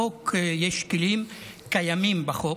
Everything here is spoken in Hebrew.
יש כלים קיימים בחוק,